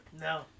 No